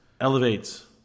elevates